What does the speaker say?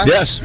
Yes